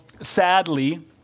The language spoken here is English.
sadly